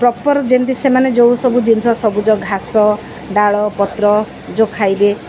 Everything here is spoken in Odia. ପ୍ରପର ଯେମିତି ସେମାନେ ଯୋଉ ସବୁ ଜିନିଷ ସବୁଜ ଘାସ ଡାଳ ପତ୍ର ଯୋଉ ଖାଇବେ